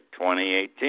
2018